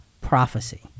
prophecy